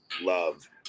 love